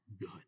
good